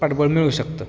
पाठबळ मिळू शकतं